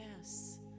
Yes